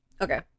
Okay